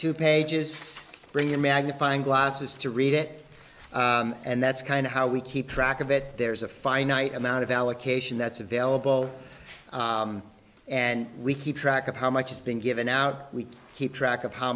two pages bring in magnifying glasses to read it and that's kind of how we keep track of it there's a finite amount of allocation that's available and we keep track of how much is being given out we keep track